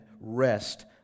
rest